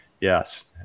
yes